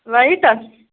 light آ